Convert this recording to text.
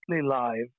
live